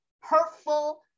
hurtful